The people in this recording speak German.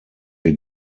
wir